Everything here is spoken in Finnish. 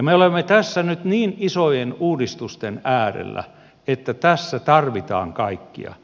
me olemme tässä nyt niin isojen uudistusten äärellä että tässä tarvitaan kaikkia